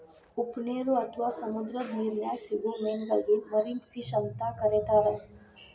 ಉಪ್ಪನೇರು ಅತ್ವಾ ಸಮುದ್ರದ ನಿರ್ನ್ಯಾಗ್ ಸಿಗೋ ಮೇನಗಳಿಗೆ ಮರಿನ್ ಫಿಶ್ ಅಂತ ಕರೇತಾರ